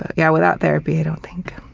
yeah, without therapy, i don't think